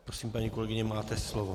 Prosím, paní kolegyně, máte slovo.